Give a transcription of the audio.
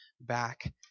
back